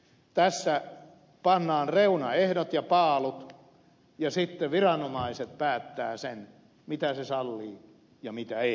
tässä pannaan reunaehdot ja paalut ja sitten viranomaiset päättävät sen mitä se sallii ja mitä ei